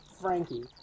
Frankie